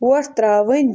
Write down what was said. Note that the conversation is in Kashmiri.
وۄٹھ ترٛاوٕنۍ